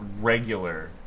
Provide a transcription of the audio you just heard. regular